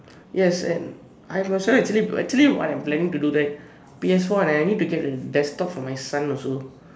yes and I've also actually actually what I'm planning to do that PSfour I need to get a desktop for my son also